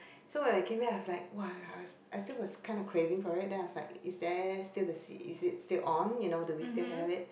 so when I came back I was like !wah! I still was kind of craving for it then I was like is there still the is it still on you know do we still have it